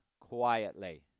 quietly